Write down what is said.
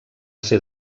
ser